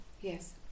yes